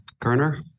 Kerner